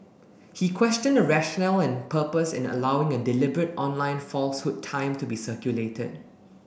he questioned the rationale and purpose in allowing a deliberate online falsehood time to be circulated